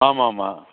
ஆமாம்மா